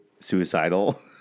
suicidal